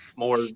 more